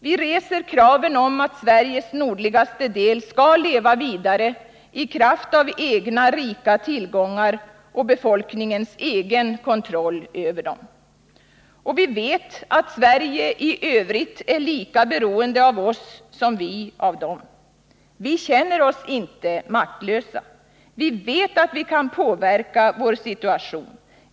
Vi reser kraven om att Sveriges nordligaste del skall leva vidare i kraft av egna rika tillgångar och befolkningens egen kontroll över dem. Och vi vet att svenskarna i övrigt är lika beroende av oss som vi av dem. Vi känner oss inte maktlösa. Vi vet att vi kan påverka vår situation.